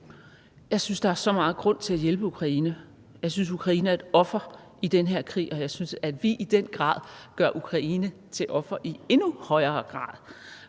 Jeg synes, der er så meget grund til at hjælpe Ukraine. Jeg synes, at Ukraine er et offer i den her krig, og jeg synes, at vi i den grad gør Ukraine til offer i endnu højere grad